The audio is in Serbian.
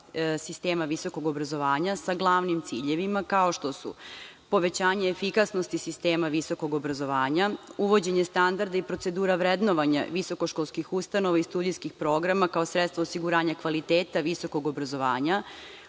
sistema visokog obrazovanja, sa glavnim ciljevima kao što su – povećanje efikasnosti sistema visokog obrazovanja, uvođenje standarda i procedura vrednovanja visokoškolskih ustanova i studijskih programa, kao sredstvo osiguranja kvaliteta visokog obrazovanja,